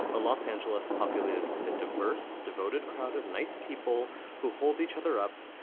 a los angeles populated with a diverse, devoted crowd of nice people who hold each other up,